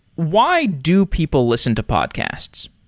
why do people listen to podcasts?